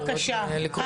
בבקשה.